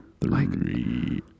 three